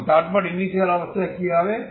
এবং তারপর ইনিশিয়াল অবস্থায় কি হবে